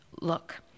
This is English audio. Look